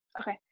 okay